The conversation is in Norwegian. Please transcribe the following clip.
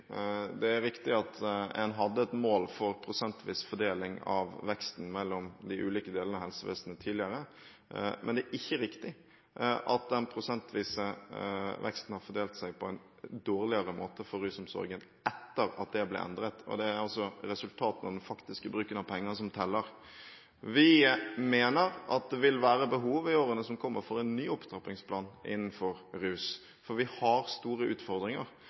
mål for prosentvis fordeling av veksten mellom de ulike delene av helsevesenet, men det er ikke riktig at den prosentvise veksten har fordelt seg på en dårligere måte for rusomsorgen etter at dette ble endret. Det er resultatet av den faktiske bruken av penger som teller. Vi mener at det i årene som kommer, vil være behov for en ny opptrappingsplan innenfor rusomsorgen, for vi har store utfordringer.